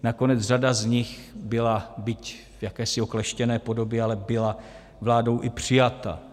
Nakonec řada z nich byla, byť v jakési okleštěné podobě, ale byla vládou i přijata.